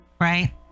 right